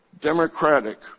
democratic